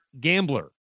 gambler